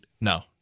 No